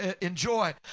enjoy